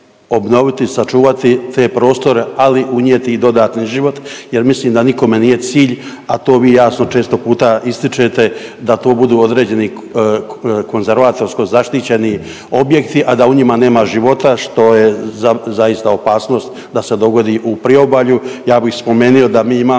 obnoviti i sačuvati te prostore, ali unijeti i dodatni život jer mislim da nikome nije cilj, a to vi jasno često puta ističete, da to budu određeni konzervatorsko-zaštićeni objekti, a da u njima nema života, što je zaista opasnost da se dogodi i priobalju. Ja bih spomenio da mi imamo